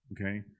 okay